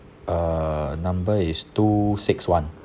uh number is two six one